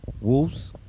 Wolves